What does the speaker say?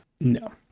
no